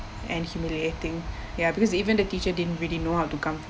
and humiliating ya because even the teacher didn't really know how to comfort